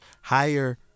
Hire